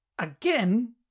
Again